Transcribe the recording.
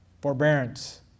forbearance